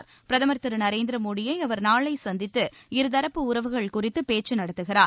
சொலிஹ் பிரதமர் திரு நரேந்திரமோடியை அவர் நாளை சந்தித்து இரு தரப்பு உறவுகள் குறித்து பேச்சு நடத்துகிறார்